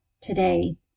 today